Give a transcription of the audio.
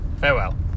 Farewell